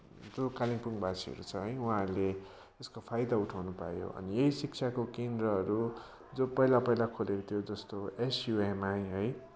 जो कालिम्पोङवासीहरू छ है उहाँहरूले यसको फाइदा उठाउनु भयो अनि यही शिक्षाको केन्द्रहरू जो पहिला पहिला खोलेको थियो जस्तो एसयुएमआई है